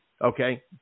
Okay